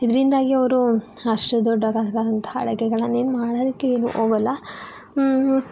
ಇದರಿಂದಾಗಿ ಅವರು ಅಷ್ಟು ದೊಡ್ಡ ಗಾತ್ರದಂತಹ ಅಡಗೆಗಳನ್ನೇನು ಮಾಡಲಿಕ್ಕೇನು ಹೋಗಲ್ಲ